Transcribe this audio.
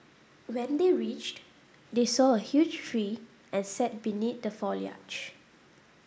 when they reached they saw a huge tree and sat beneath the foliage